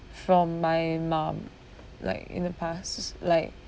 from my mom like in the past like